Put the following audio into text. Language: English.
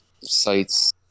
sites